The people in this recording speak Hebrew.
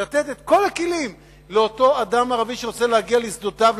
לתת את כל הכלים לאותו אדם ערבי שרוצה להגיע לשדותיו,